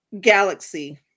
galaxy